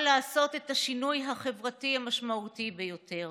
לעשות את השינוי החברתי המשמעותי ביותר.